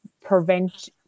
prevent